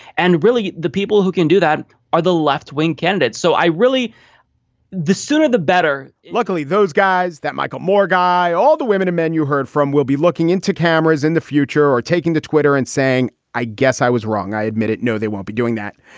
and really, the people who can do that are the left wing candidates so i really the sooner the better. luckily, those guys that michael moore guy, all the women, the and men you heard from, we'll be looking into cameras in the future are taking to twitter and saying, i guess i was wrong. i admit it. no, they won't be doing that.